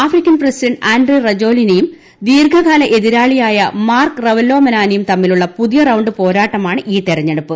African president Andry റെജോലിനയും ദീർഘകാല എതിരാളിയായ മാർക്ക് റവലോമനാനയും തമ്മിലുള്ള പുതിയ റൌണ്ട് പോരാട്ടമാണ് ഈ തിരഞ്ഞെടുപ്പ്